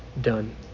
done